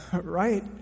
right